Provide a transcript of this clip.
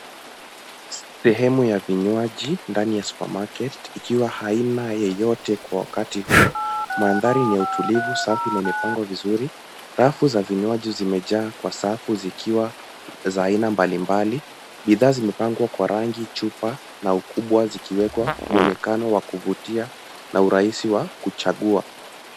Sehemu ya vinywaji ndani ya supermarket ikiwa haina yeyote kwa wakati huo. Mandhari ni utulivu, safi na imepangwa vizuri. Rafu za vinywaji zimejaa kwa safu zikiwa za aina mbalimbali. Bidhaa zimepangwa kwa rangi, chupa na ukubwa zikiwekwa muonekano wa kuvutia na urahisi wa kuchagua.